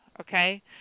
okay